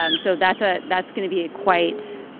um so that's a that's going to be a quite